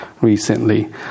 recently